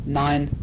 nine